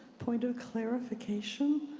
point of clarification.